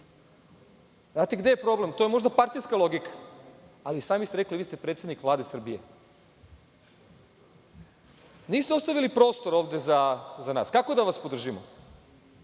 Znate gde je problem? To je možda partijska logika, ali sami ste rekli – vi ste predsedik Vlade Srbije. Niste ostavili prostor ovde za nas. Kako da vas podržimo,